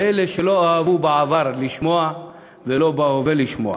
מאלה שלא אהבו בעבר לשמוע ולא אוהבים בהווה לשמוע.